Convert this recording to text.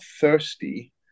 thirsty